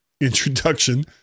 introduction